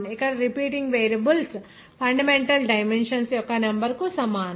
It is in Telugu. ఇక్కడ రిపీటింగ్ వేరియబుల్స్ ఫండమెంటల్ డైమెన్షన్స్ యొక్క నెంబర్ కు సమానం